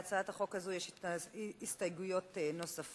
להצעת החוק הזאת יש הסתייגויות נוספות,